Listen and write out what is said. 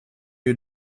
you